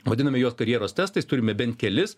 vadiname juos karjeros testais turime bent kelis